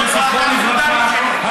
זכרו לברכה,